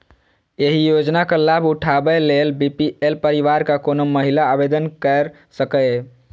एहि योजनाक लाभ उठाबै लेल बी.पी.एल परिवारक कोनो महिला आवेदन कैर सकैए